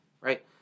right